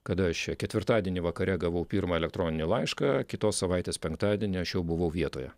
kada aš čia ketvirtadienį vakare gavau pirmą elektroninį laišką kitos savaitės penktadienį aš jau buvau vietoje